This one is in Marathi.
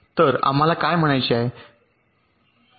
तर आम्हाला काय म्हणायचे आहे